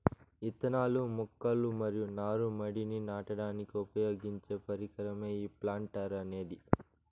ఇత్తనాలు, మొక్కలు మరియు నారు మడిని నాటడానికి ఉపయోగించే పరికరమే ఈ ప్లాంటర్ అనేది